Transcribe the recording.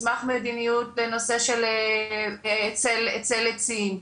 מסמך מדיניות בנושא של צל עצים,